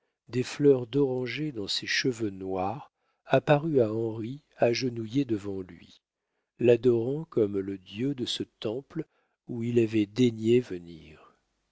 des fleurs d'oranger dans ses cheveux noirs apparut à henri agenouillée devant lui l'adorant comme le dieu de ce temple où il avait daigné venir